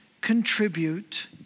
contribute